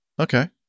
Okay